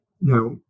now